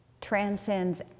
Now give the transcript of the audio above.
transcends